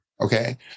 okay